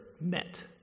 met